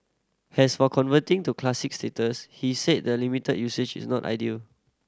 as for converting to Classic status he said the limited usage is not ideal